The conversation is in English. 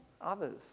others